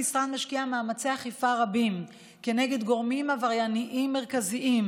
המשרד משקיע מאמצי אכיפה רבים כנגד גורמים עברייניים מרכזיים,